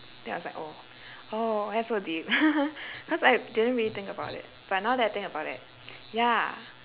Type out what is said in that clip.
then I was like oh oh why so deep cause I didn't really think about it but now that I think about it ya